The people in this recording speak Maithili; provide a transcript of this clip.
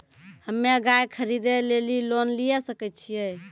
हम्मे गाय खरीदे लेली लोन लिये सकय छियै?